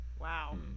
wow